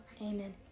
amen